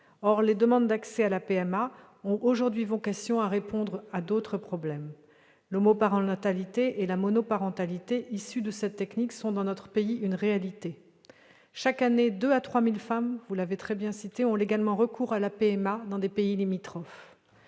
Or les demandes d'accès à la PMA ont désormais vocation à répondre à d'autres problèmes. L'homoparentalité et la monoparentalité issues de cette technique sont, dans notre pays, une réalité. Chaque année- des chiffres ont déjà été cités -, 2 000 à 3 000 femmes ont légalement recours à la PMA dans des pays limitrophes.